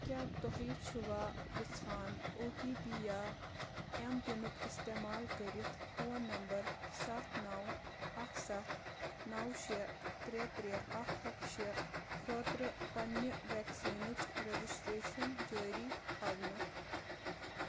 کیٛاہ تۄہہِ چھِوا پرژھان او ٹی پی یا ایم پِنُک استعمال کٔرِتھ فون نمبر ستھ نو اکھ ستھ نو شیٚے ترٛےٚ ترٛےٚ اکھ اکھ شیٚے خٲطرٕ پننہِ ویکسیٖنٕچ رجسٹریشن جٲری تھونۍ